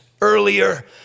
earlier